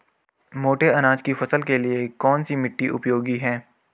मोटे अनाज की फसल के लिए कौन सी मिट्टी उपयोगी है?